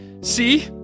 See